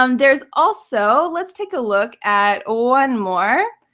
um there's also. let's take a look at one more